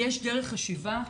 יש דרך חשיבה,